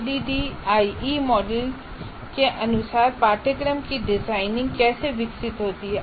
ADDIE model के अनुसार पाठ्यक्रम की डिजाइनिंग कैसे विकसित होती है